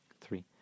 three